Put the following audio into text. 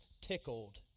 tickled